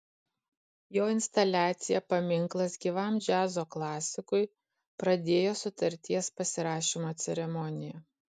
jo instaliacija paminklas gyvam džiazo klasikui pradėjo sutarties pasirašymo ceremoniją